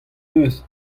eus